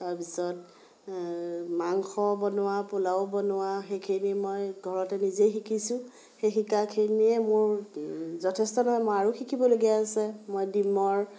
তাৰপিছত মাংস বনোৱা পোলাও বনোৱা সেইখিনি মই ঘৰতে নিজে শিকিছোঁ সেই শিকাখিনিয়ে মোৰ যথেষ্ট নহয় মোৰ আৰু শিকিবলগীয়া আছে মই ডিমৰ